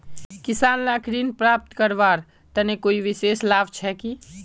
किसान लाक ऋण प्राप्त करवार तने कोई विशेष लाभ छे कि?